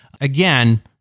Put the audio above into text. Again